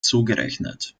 zugerechnet